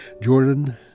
Jordan